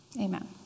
Amen